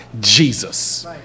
Jesus